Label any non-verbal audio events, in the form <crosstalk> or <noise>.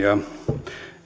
<unintelligible> ja